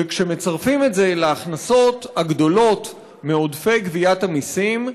וכשמצרפים את זה להכנסות הגדולות מעודפי גביית המסים,